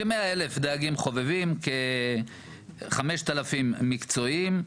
כ-100 אלף דייגים חובבים, כ-5,000 מקצועיים.